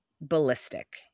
ballistic